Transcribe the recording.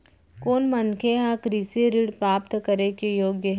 कोन मनखे ह कृषि ऋण प्राप्त करे के योग्य हे?